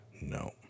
No